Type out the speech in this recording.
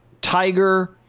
Tiger